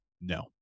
no